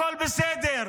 הכול בסדר.